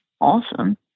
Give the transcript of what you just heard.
awesome